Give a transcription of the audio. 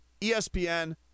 ESPN